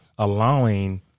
Allowing